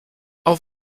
auf